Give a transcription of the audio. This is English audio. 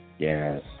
Yes